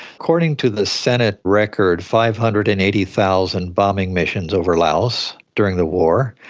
according to the senate record, five hundred and eighty thousand bombing missions over laos during the war,